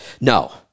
No